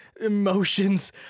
emotions